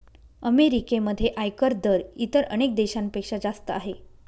अमेरिकेमध्ये आयकर दर इतर अनेक देशांपेक्षा जास्त आहे